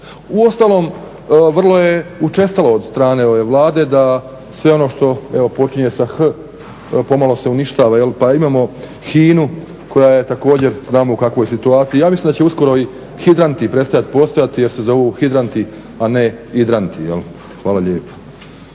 Uostalom vrlo je učestalo od strane ove Vlade da sve ono što evo počinje sa h pomalo se uništava pa imamo HINA-u koja je također znamo u kakvoj situaciji. Ja mislim da će uskoro i hidranti prestajati postojati jer se zovu hidranti, a ne idranti. Hvala lijepo.